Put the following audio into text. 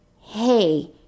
hey